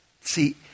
See